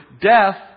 death